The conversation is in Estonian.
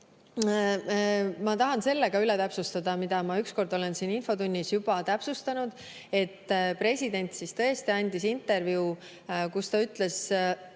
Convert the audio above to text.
ma tahan selle ka üle täpsustada, mida ma ükskord olen siin infotunnis juba täpsustanud. President tõesti andis intervjuu, kus ta ütles,